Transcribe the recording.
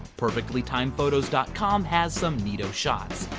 perfectlytimedphotos dot com has some neat-o shots.